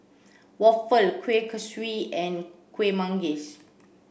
Waffle Kueh Kaswi and Kueh Manggis